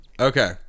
Okay